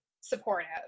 supportive